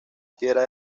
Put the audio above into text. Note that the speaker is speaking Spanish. piedra